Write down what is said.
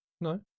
no